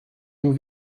nous